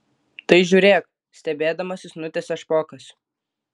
tai žiūrėk stebėdamasis nutęsia špokas